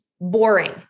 Boring